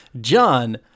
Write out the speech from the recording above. John